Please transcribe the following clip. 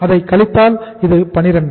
4 கழித்தால் இது 12